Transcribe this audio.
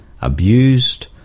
abused